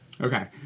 Okay